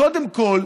קודם כול,